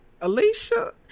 Alicia